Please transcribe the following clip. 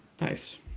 Nice